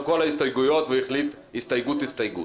כל הסתייגויות והחליט הסתייגות-הסתייגות.